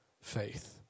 faith